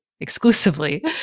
exclusively